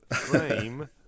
Frame